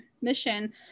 mission